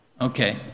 Okay